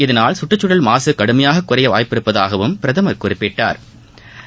இதனால் கற்றுச்சூழல் மாசு கடுமையாக குறைய வாய்ப்புள்ளதாகவும் பிரதமா் குறிப்பிட்டாா்